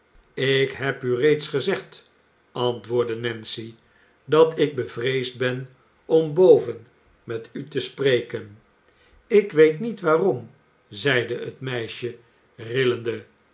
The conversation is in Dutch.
ik heb u reeds gezegd antwoordde nancy dat ik bevreesd ben om boven met u te spreken ik weet niet waarom zeide het meisje rillende